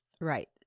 right